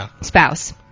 spouse